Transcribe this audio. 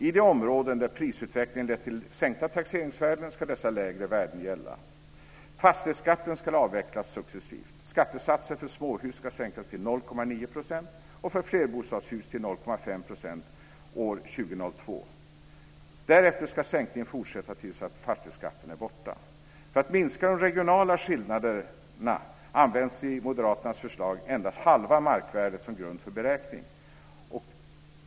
I de områden där prisutvecklingen har lett till sänkta taxeringsvärden ska dessa lägre värden gälla. Fastighetsskatten ska avvecklas successivt. Skattesatsen för småhus ska sänkas till 0,9 % och för flerbostadshus till 0,5 % år 2002. Därefter ska sänkningen fortsätta tills fastighetsskatten är borta. För att minska de regionala skillnaderna används i Moderaternas förslag endast halva markvärdet som grund för beräkning.